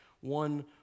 one